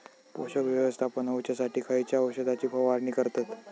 पोषक व्यवस्थापन होऊच्यासाठी खयच्या औषधाची फवारणी करतत?